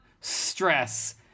stress